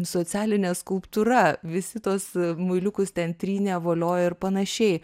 socialinė skulptūra visi tuos muiliukus ten trynė voliojo ir panašiai